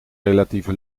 relatieve